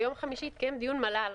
ביום חמישי התקיים דיון מל"ל.